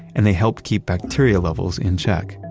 and they help keep bacteria levels in check.